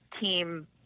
team